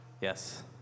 Yes